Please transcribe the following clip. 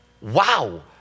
wow